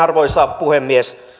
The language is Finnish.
arvoisa puhemies